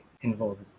involved